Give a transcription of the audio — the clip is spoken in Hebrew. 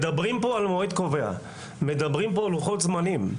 מדברים פה מועד קובע ולוחות זמנים.